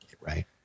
Right